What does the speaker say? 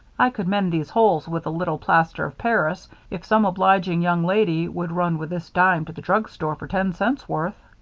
i could mend these holes with a little plaster of paris if some obliging young lady would run with this dime to the drugstore for ten cents' worth.